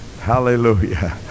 hallelujah